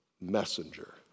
messenger